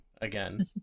again